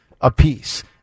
apiece